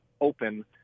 open